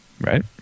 Right